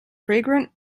fragrant